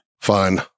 fine